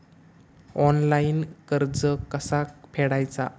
Online कर्ज कसा फेडायचा?